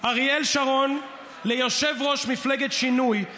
אריאל שרון ליושב-ראש מפלגת שינוי,